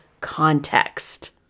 context